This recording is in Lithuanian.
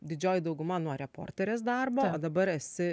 didžioji dauguma nuo reporterės darbo o dabar esi